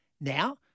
Now